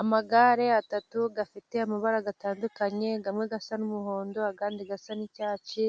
Amagare atatu afite amabara atandukanye, amwe asa n'umuhondo ayandi asa n'icyatsi